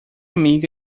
amiga